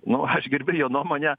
nu aš gerbiu jo nuomonę